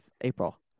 April